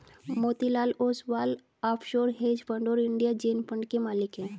Motilal Oswal offshore hedge fund और India gen fund के मालिक हैं